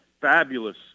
fabulous